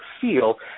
feel